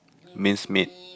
mincemeat